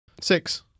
Six